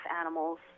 animals